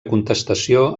contestació